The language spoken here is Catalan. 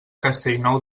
castellnou